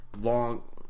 long